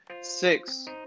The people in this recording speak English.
six